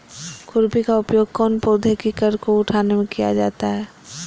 खुरपी का उपयोग कौन पौधे की कर को उठाने में किया जाता है?